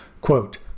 Quote